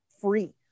free